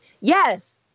Yes